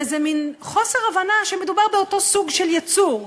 באיזה מין חוסר הבנה שמדובר באותו סוג של יצור,